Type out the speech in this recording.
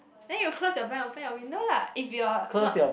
then you close your blind open your window lah if you're not